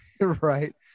right